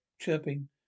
chirping